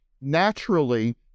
naturally